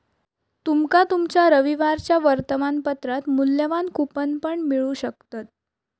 तुमका तुमच्या रविवारच्या वर्तमानपत्रात मुल्यवान कूपन पण मिळू शकतत